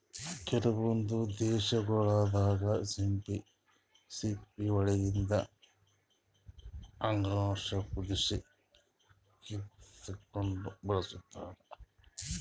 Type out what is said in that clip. ಕೆಲವೊಂದ್ ದೇಶಗೊಳ್ ದಾಗಾ ಸಿಂಪಿ ಒಳಗಿಂದ್ ಅಂಗಾಂಶ ಕುದಸಿ ತಿಲ್ಲಾಕ್ನು ಬಳಸ್ತಾರ್